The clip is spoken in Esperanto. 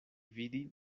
vidi